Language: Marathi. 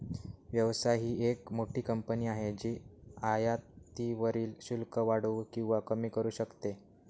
व्यवसाय ही एक मोठी कंपनी आहे जी आयातीवरील शुल्क वाढवू किंवा कमी करू शकते